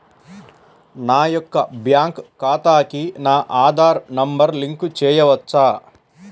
నా యొక్క బ్యాంక్ ఖాతాకి నా ఆధార్ నంబర్ లింక్ చేయవచ్చా?